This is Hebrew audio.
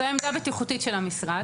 זו אמירה בטיחותית של המשרד.